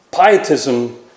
pietism